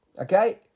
Okay